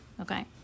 okay